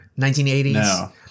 1980s